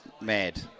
mad